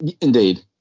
Indeed